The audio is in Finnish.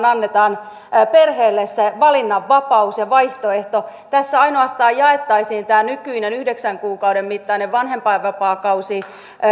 annetaan perheelle se valinnanvapaus ja vaihtoehto tässä ainoastaan jaettaisiin nykyinen yhdeksän kuukauden mittainen vanhempainvapaakausi